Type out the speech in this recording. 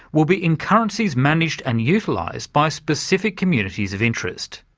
will be in currencies managed and utilised by specific communities of interest.